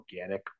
organic